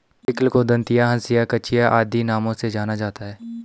sickle को दँतिया, हँसिया, कचिया आदि नामों से जाना जाता है